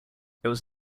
was